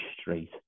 straight